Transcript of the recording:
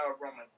Roman